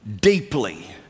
deeply